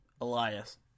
Elias